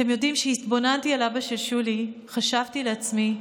אתם יודעים שהתבוננתי באבא של שולי וחשבתי לעצמי: